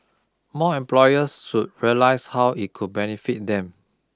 more employers should realise how it could benefit them